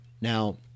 now